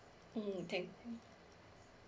mm thanks